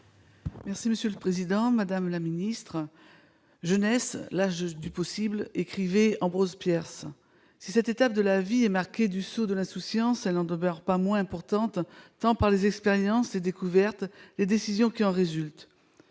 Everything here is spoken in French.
Mme la ministre des armées. « Jeunesse. L'âge du possible », écrivait Ambrose Bierce. Si cette étape de la vie est marquée du sceau de l'insouciance, elle n'en demeure pas moins importante, tant par les expériences, les découvertes que par les décisions qui en résultent.